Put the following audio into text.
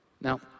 Now